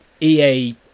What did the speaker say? EA